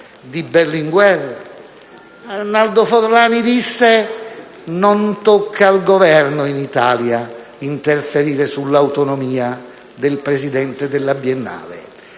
di Berlinguer. Arnaldo Forlani disse che non toccava al Governo in Italia interferire sull'autonomia del presidente della Biennale.